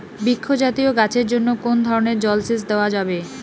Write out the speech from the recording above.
বৃক্ষ জাতীয় গাছের জন্য কোন ধরণের জল সেচ দেওয়া যাবে?